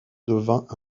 devint